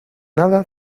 nada